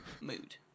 Mood